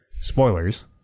Spoilers